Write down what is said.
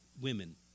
women